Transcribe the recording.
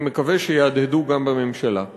אני מקווה שיהדהדו גם בממשלה.